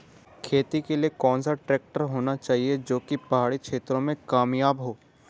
खेती के लिए कौन सा ट्रैक्टर होना चाहिए जो की पहाड़ी क्षेत्रों में कामयाब हो?